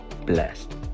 blessed